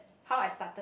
how I started